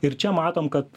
ir čia matom kad